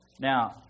Now